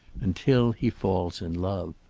until he falls in love.